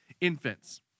infants